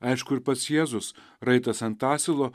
aišku ir pats jėzus raitas ant asilo